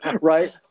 Right